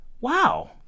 wow